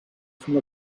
from